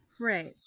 right